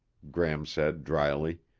gram said dryly.